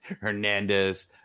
Hernandez